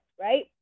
right